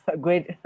great